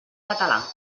català